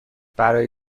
برای